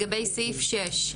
לגבי סעיף (6),